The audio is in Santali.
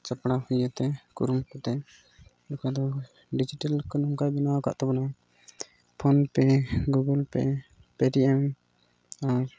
ᱪᱟᱯᱲᱟ ᱦᱩᱭᱮᱛᱮ ᱠᱩᱨᱩᱢᱩᱴᱩᱛᱮ ᱱᱚᱠᱟ ᱫᱚ ᱰᱮᱡᱤᱴᱟᱞ ᱠᱚ ᱱᱚᱜᱠᱟᱭ ᱵᱮᱱᱟᱣ ᱠᱟᱫ ᱛᱟᱵᱚᱱᱟ ᱯᱷᱳᱱᱯᱮ ᱜᱩᱜᱚᱞ ᱯᱮ ᱯᱮᱴᱤᱭᱮᱢ ᱟᱨ